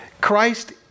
Christ